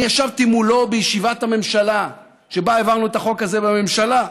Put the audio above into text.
אני ישבתי מולו בישיבת הממשלה שבה העברנו את החוק הזה בממשלה,